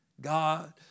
God